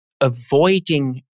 avoiding